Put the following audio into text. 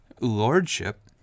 lordship